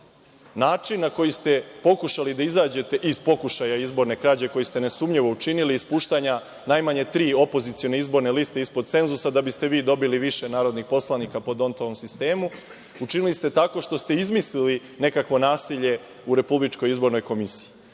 Način na koji ste pokušali da izađete iz pokušaja izborne krađe koju ste nesumnjivo učinili ispuštanja najmanje tri opozicione izborne liste ispod cenzusa da biste vi dobili više narodnih poslanika, učinili ste tako što ste izmislili nekakvo nasilje u RIK. Da vi imate i